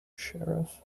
sheriff